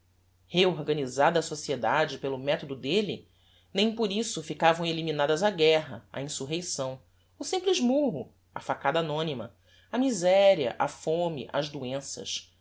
reorganisada a sociedade pelo methodo delle nem por isso ficavam eliminadas a guerra a insurreição o simples murro a facada anonyma a miseria a fome as doenças